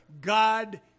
God